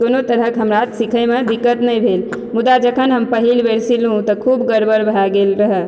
कोनो तरहक हमरा सिखैमे दिक्कत नहि भेल मुदा जखन हम पहिल बेर सिलु तऽ खुब गड़बड़ भए गेल रहए